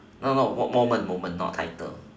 no no moment moment not title